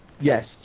yes